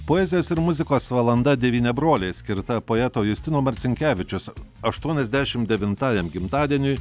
poezijos ir muzikos valanda devyni broliai skirta poeto justino marcinkevičiaus aštuoniasdešim devintajam gimtadieniui